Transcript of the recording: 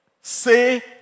say